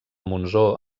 monsó